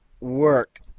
work